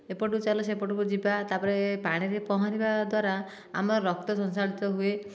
ଏପଟକୁ ଚାଲ ସେପଟକୁ ଯିବା ତା ପରେ ପାଣିରେ ପହଁରିବା ଦ୍ଵାରା ଆମର ରକ୍ତସଞ୍ଚାଳିତ ହୁଏ